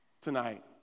tonight